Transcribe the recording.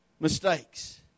Mistakes